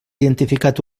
identificat